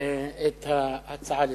את ההצעה לסדר-היום.